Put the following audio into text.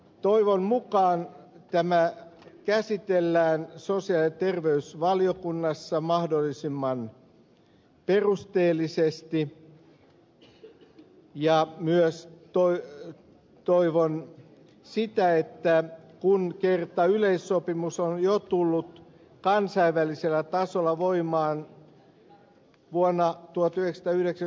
toivon mukaan tämä käsitellään sosiaali ja terveysvaliokunnassa mahdollisimman perusteellisesti ja myös toivon sitä että kun kerta yleissopimus on jo tullut kansainvälisellä tasolla voimaan vuonna tuhat joista yhdeksän